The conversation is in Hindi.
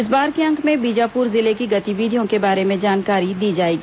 इस बार के अंक में बीजापूर जिले की गतिविधियों के बारे में जानकारी दी जाएगी